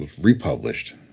republished